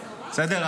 בסדר?